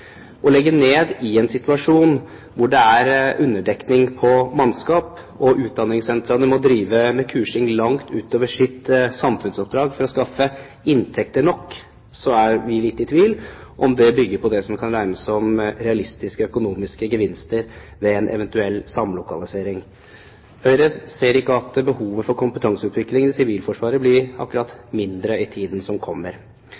Å legge ned når det er underdekning av mannskap, og når utdanningssentrene må drive med kursing langt utover sitt samfunnsoppdrag for å skaffe inntekter nok – vi er litt i tvil om det bygger opp under det som kan regnes som realistiske økonomiske gevinster ved en eventuell samlokalisering. Høyre ser ikke at behovet for kompetanseutvikling i Sivilforsvaret akkurat blir mindre i tiden som kommer.